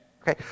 Okay